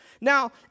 Now